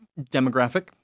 demographic